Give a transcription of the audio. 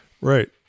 Right